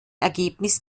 ergebnis